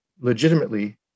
legitimately